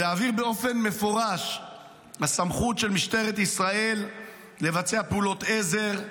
להבהיר באופן מפורש שהסמכות של משטרת ישראל לבצע פעולות עזר,